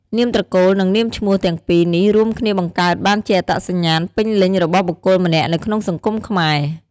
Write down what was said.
នាមត្រកូល និងនាមឈ្មោះទាំងពីរនេះរួមគ្នាបង្កើតបានជាអត្តសញ្ញាណពេញលេញរបស់បុគ្គលម្នាក់នៅក្នុងសង្គមខ្មែរ។